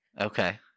Okay